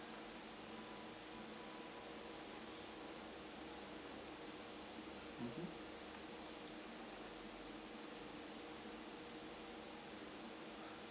mmhmm